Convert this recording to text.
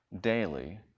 daily